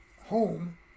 home